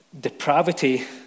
depravity